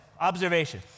observation